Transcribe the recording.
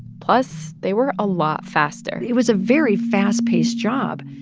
plus, they were a lot faster it was a very fast-paced job.